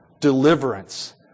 Deliverance